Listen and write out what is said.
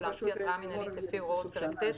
להמציא התראה מינהלית לפי הוראות פרק ט',